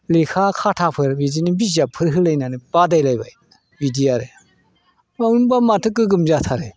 लेखा खाथाफोर बिदिनो बिजाबफोर होलायनानै बादायलायबाय बिदि आरो बेयावनोबा माथो गोग्गोम जाथारो